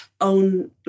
own